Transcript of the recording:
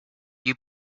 you